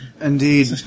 Indeed